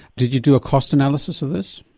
did you do a cost analysis of this?